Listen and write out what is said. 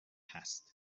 هست